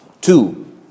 Two